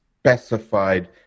specified